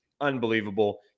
unbelievable